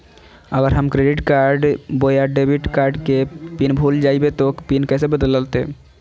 अगर हम क्रेडिट बोया डेबिट कॉर्ड के पिन भूल जइबे तो पिन कैसे बदलते?